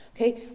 okay